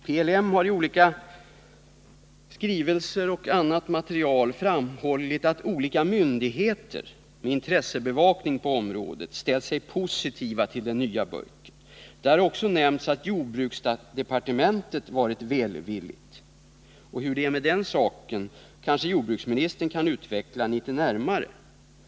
PLM har i olika skrivelser och på annat sätt framhållit att olika myndigheter, med intressebevakning på området, har ställt sig positiva till den nya burken. Det har också nämnts att jordbruksdepartementet varit välvilligt. Hur det är med den saken kan kanske jordbruksministern utveckla litet närmare.